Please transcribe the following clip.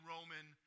Roman